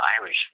irish